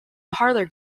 parlor